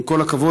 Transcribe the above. עם כל הכבוד,